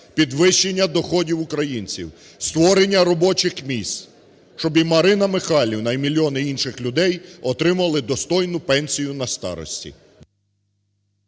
підвищення доходів українців, створення робочих місць. Щоб і Марина Михайлівна, і мільйони інших людей отримали достойну пенсію на старості.